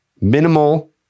Minimal